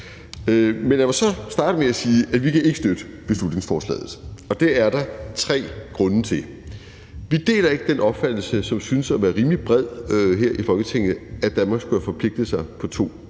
Men lad mig så starte med at sige, at vi ikke kan støtte beslutningsforslaget, og det er der tre grunde til. Vi deler ikke den opfattelse, som synes at være rimelig bred her i Folketinget, at Danmark skulle have forpligtet sig på 2